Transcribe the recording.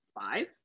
five